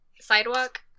Sidewalk